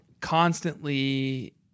constantly